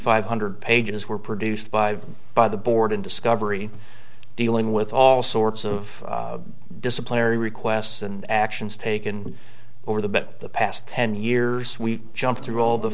five hundred pages were produced by by the board of discovery dealing with all sorts of disciplinary requests and actions taken over the bit the past ten years we jump through all the